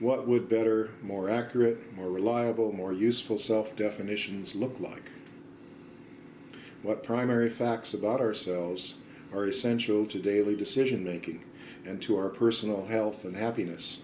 what would better more accurate more reliable more useful self definitions look like what primary facts about ourselves are essential to daily decision making and to our personal health and happiness